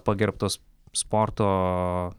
pagerbtos sporto